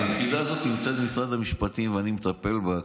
היחידה הזאת נמצאת במשרד המשפטים ואני מטפל בה.